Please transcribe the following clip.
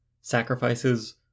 sacrifices